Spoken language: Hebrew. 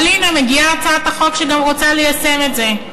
אבל הנה, מגיעה הצעת החוק שגם רוצה ליישם את זה.